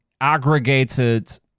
aggregated